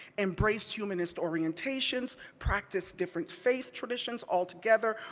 embraced humanist orientations, practiced different faith traditions altogether,